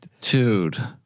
dude